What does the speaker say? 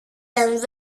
ten